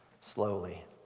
slowly